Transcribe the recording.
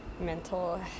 mental